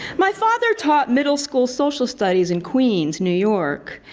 my father taught middle school social studies in queens, new york.